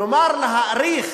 כלומר, להאריך